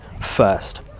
first